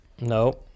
no